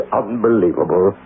unbelievable